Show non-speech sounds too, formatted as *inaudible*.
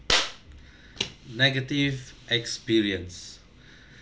negative experience *breath*